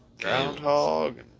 groundhog